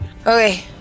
Okay